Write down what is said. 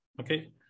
Okay